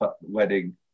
wedding